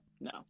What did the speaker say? No